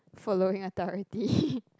following authority